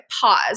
pause